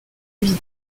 vie